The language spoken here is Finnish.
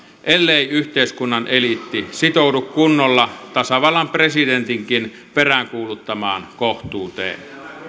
ellei yhteiskunnan eliitti sitoudu kunnolla tasavallan presidentinkin peräänkuuluttamaan kohtuuteen